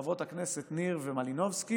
חברות הכנסת ניר ומלינובסקי,